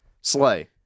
Slay